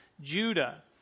Judah